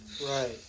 Right